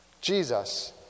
Jesus